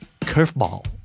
Curveball